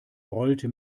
rollte